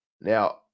Now